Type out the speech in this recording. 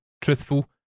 Truthful